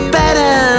better